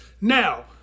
Now